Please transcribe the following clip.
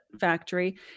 factory